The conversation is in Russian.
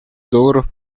долларов